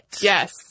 Yes